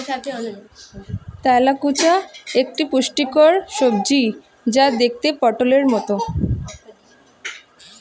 তেলাকুচা একটি পুষ্টিকর সবজি যা দেখতে পটোলের মতো